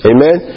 Amen